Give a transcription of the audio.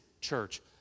church